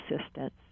assistance